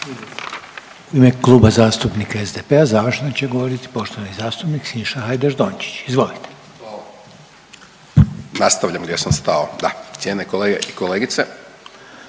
U ime Kluba zastupnika SDP-a završno će govoriti poštovani zastupnik Siniša Hajdaš Dončić. Izvolite. **Hajdaš Dončić, Siniša (SDP)** Nastavljam gdje sam stao, da. Cijenjene kolege i kolegice,